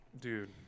Dude